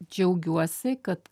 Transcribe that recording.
džiaugiuosi kad